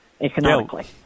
economically